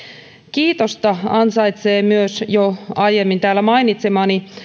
kiitosta ansaitsee myös jo aiemmin täällä mainitsemani